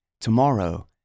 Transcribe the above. Tomorrow